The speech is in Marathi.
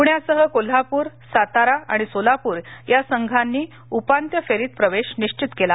पुण्यासह कोल्हापुर सातारा आणि सोलापुर या संघांनी उपांत्य फेरीत प्रवेश निश्वीत केला